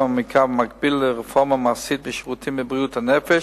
מעמיקה ובמקביל לרפורמה מעשית בשירותי בריאות הנפש